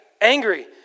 angry